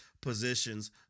positions